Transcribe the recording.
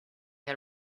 had